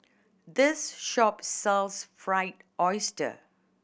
this shop sells Fried Oyster